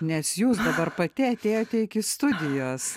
nes jūs dabar pati atėjote iki studijos